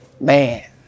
man